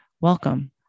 Welcome